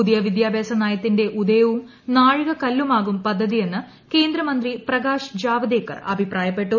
പുതിയ വിദ്യാഭ്യാസ നയത്തിന്റെ ഉദയവും നാഴികക്കല്ലുമാകും പദ്ധതിയെന്ന് കേന്ദ്ര മന്ത്രി പ്രകാശ് ജാവ്ദേക്കർ അഭിപ്രായപ്പെട്ടു